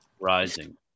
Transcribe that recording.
Rising